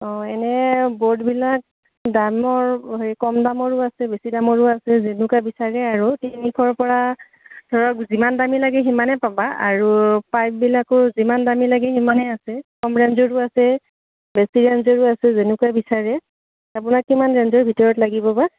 অঁ এনে ব'ৰ্ডবিলাক দামৰ হেৰি কম দামৰো আছে বেছি দামৰো আছে যেনেকুৱা বিচাৰে আৰু তিনিশৰ পৰা ধৰক যিমান দামী লাগে সিমানেই পাবা আৰু পাইপবিলাকো যিমান দামী লাগে সিমানেই আছে কম ৰেঞ্জৰো আছে বেছি ৰেঞ্জৰো আছে যেনেকুৱা বিচাৰে আপোনাক কিমান ৰেঞ্জৰ ভিতৰত লাগিব বা